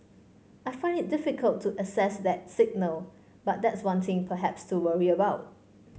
I find it difficult to assess that signal but that's one thing perhaps to worry about